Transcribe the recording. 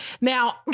Now